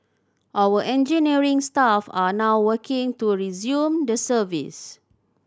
our engineering staff are now working to resume the service